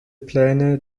pläne